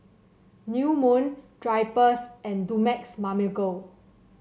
New Moon Drypers and Dumex Mamil Gold